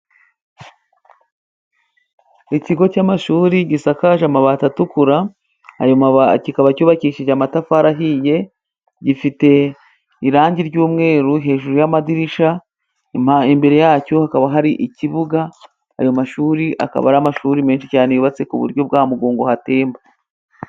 Ikigo cy'amashuri gisakaje amabati atukura， kikaba cyubakishije amatafari ahiye，gifite irangi ry'umweru hejuru y'amadirishya， imbere yacyo hakaba hari ikibuga， ayo mashuri akaba ari amashuri menshi cyane，yubatse ku buryo bwa mugongo hatemba.